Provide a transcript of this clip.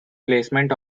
placement